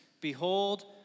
Behold